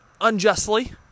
unjustly